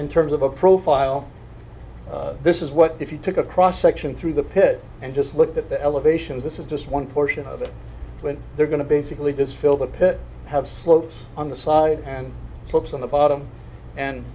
and terms of a profile this is what if you took a cross section through the pit and just look at the elevation this is just one portion of it when they're going to basically does fill the pit have slopes on the side and slopes on the bottom and